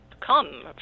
come